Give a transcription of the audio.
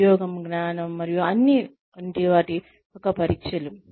ఉద్యోగం జ్ఞానం మరియు అన్నీ వంటి వాటి యొక్క పరీక్షలు